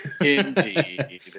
Indeed